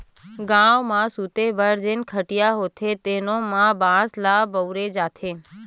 गाँव म सूते बर जेन खटिया होथे तेनो म बांस ल बउरे जाथे